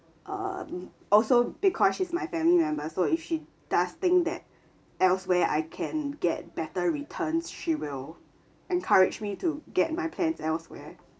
um also because she's my family members so if she does think that elsewhere I can get better returns she will encourage me to get my plans elsewhere